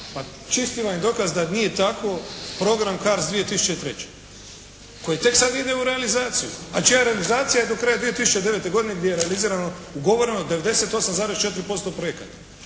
Pa čisti vam je dokaz da nije tako program «CARDS 2003.» koji tek sad ide u realizaciju, a čija realizacija je do kraja 2009. godine gdje je realizirano ugovoreno 98,4% projekata.